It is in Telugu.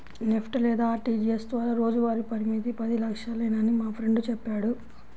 నెఫ్ట్ లేదా ఆర్టీజీయస్ ద్వారా రోజువారీ పరిమితి పది లక్షలేనని మా ఫ్రెండు చెప్పాడు